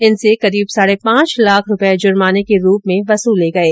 इनसे करीब साढे पांच लाख रूपये जुर्माने के रूप में वसूले गये